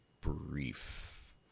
brief